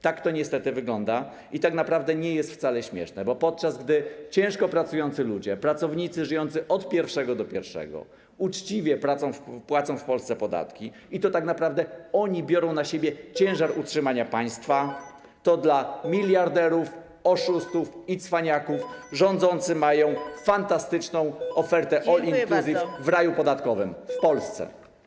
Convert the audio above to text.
Tak to niestety wygląda i tak naprawdę nie jest wcale śmieszne, bo podczas gdy ciężko pracujący ludzie, pracownicy żyjący od pierwszego do pierwszego, uczciwie płacą w Polsce podatki, i to tak naprawdę oni biorą na siebie ciężar utrzymania państwa, to dla miliarderów, oszustów i cwaniaków rządzący mają fantastyczną ofertę all inclusive w raju podatkowym, w Polsce.